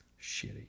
shitty